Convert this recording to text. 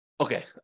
Okay